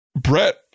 Brett